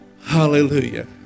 Hallelujah